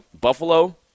Buffalo